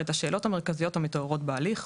את השאלות המרכזיות המתעוררות בהליך,